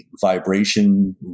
vibration